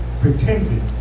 pretended